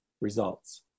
results